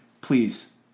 Please